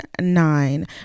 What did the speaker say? nine